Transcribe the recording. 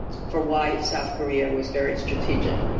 for why south korea was very strategic.